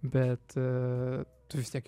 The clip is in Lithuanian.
bet tu vis tiek